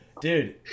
Dude